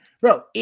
Bro